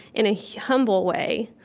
in a humble way,